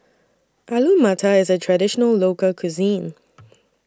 Alu Matar IS A Traditional Local Cuisine